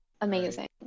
amazing